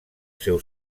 seu